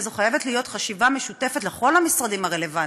וזו חייבת להיות חשיבה משותפת לכל המשרדים הרלוונטיים,